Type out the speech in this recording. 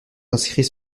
inscrits